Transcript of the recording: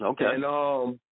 Okay